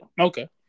okay